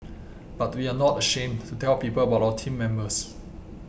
but we are not ashamed to tell people about our team members